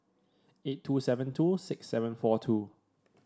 eight two seven two six seven four two